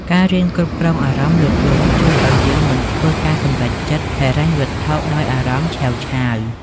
ការរៀនគ្រប់គ្រងអារម្មណ៍លោភលន់ ជួយឱ្យយើងមិនធ្វើការសម្រេចចិត្តហិរញ្ញវត្ថុដោយអារម្មណ៍ឆេវឆាវ។